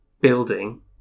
building